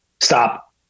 stop